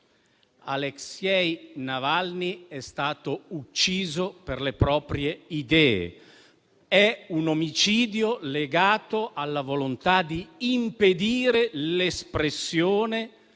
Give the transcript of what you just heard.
Aleksej Navalny è stato ucciso per le proprie idee; il suo è un omicidio legato alla volontà di impedire l'espressione